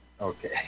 Okay